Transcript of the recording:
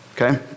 Okay